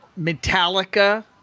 Metallica